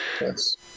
Yes